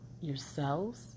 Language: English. yourselves